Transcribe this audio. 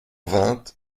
vingt